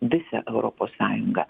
visą europos sąjunga